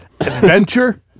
Adventure